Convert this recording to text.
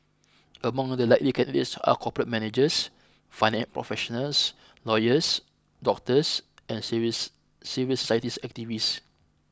among the likely candidates are corporate managers finance professionals lawyers doctors and civils civils society activists